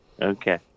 Okay